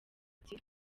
ati